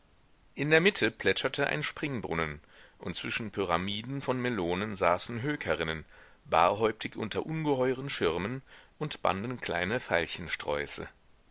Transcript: in der mitte plätscherte ein springbrunnen und zwischen pyramiden von melonen saßen hökerinnen barhäuptig unter ungeheuren schirmen und banden kleine